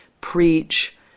preach